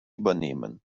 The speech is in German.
übernehmen